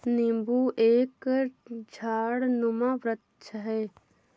नींबू एक झाड़नुमा वृक्ष है